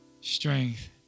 Strength